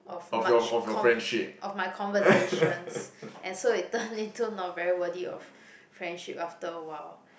of much cov~ of my conversations and so it turn into not very worthy of friendship after a while